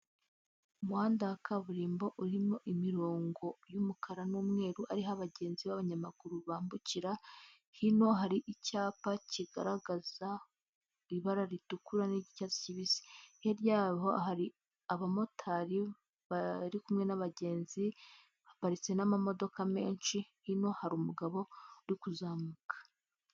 Umuhanda wa kaburimbo urimo imirongo y'umukara n'umweru ariho abagenzi b'abanyamaguru bambukira, hino hari icyapa kigaragaza ibara ritukura n'iry'icyatsi kibisi, hirya yaho hari abamotari bari kumwe n'abagenzi; haparitse n'amamodoka menshi, hino hari umugabo uri kuzamuka.